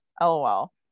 lol